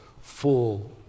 full